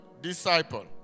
disciple